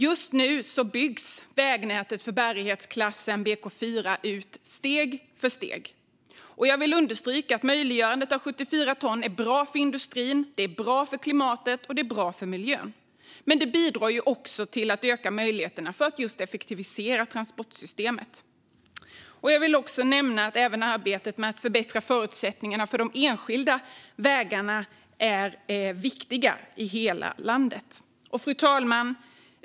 Just nu byggs vägnätet för bärighetsklassen BK4 ut steg för steg. Jag vill understryka att bärighet för 74 ton är bra för industrin, klimatet och miljön, men det bidrar även till att effektivisera transportsystemet. Jag vill också nämna att arbetet med att förbättra förutsättningarna för de enskilda vägarna är viktigt i hela landet. Fru talman!